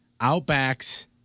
Outback's